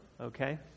Okay